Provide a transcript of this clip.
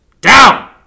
Down